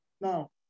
Now